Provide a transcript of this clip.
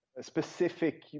specific